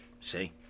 See